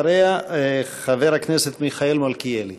אחריה, חבר הכנסת מיכאל מלכיאלי.